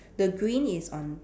the green is on